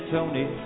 Tony